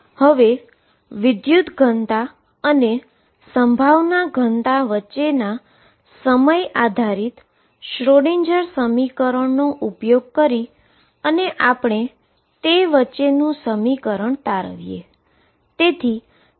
હવે current density અને probability density વચ્ચેના સમય આધારિત શ્રોડિંજર સમીકરણનો ઉપયોગ કરીને આપણે તેના વચ્ચેનુ સમીકરણ તારવીએ